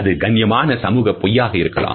அது கண்ணியமான சமூக பொய்யாகவும் இருக்கலாம்